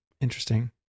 Interesting